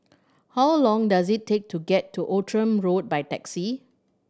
how long does it take to get to Outram Road by taxi